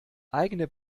eigene